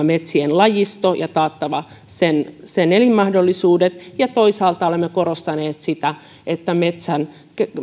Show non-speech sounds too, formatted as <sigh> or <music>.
<unintelligible> metsien lajisto ja taattava sen sen elinmahdollisuudet ja toisaalta olemme korostaneet sitä että